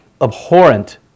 abhorrent